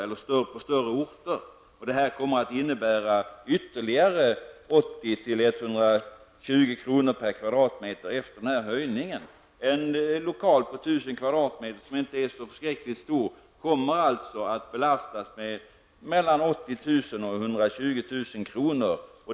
Efter höjningen blir det ytterligare 80--120 kr./m2. En lokal på 1 000 m2, som inte är så förskräckligt stor, kommer alltså att belastas med mellan 80 000 och 120 000 kr.